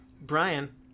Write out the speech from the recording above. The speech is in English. Brian